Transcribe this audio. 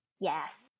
Yes